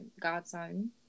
godson